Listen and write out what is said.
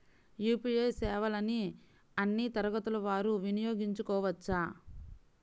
UPI సేవలని అన్నీ తరగతుల వారు వినయోగించుకోవచ్చా?